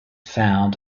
found